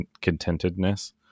contentedness